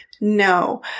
no